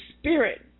spirit